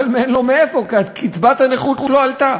אבל אין לו מאיפה, כי קצבת הנכות לא עלתה.